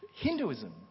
Hinduism